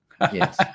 Yes